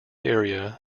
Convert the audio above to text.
area